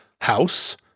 house